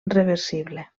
reversible